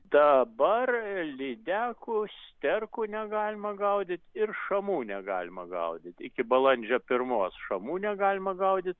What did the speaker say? dabar lydekų sterkų negalima gaudyt ir šamų negalima gaudyt iki balandžio pirmos šamų negalima gaudyti